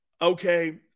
okay